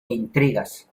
intrigas